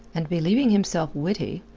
and believing himself witty,